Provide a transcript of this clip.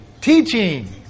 teaching